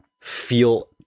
feel